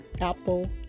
Apple